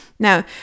Now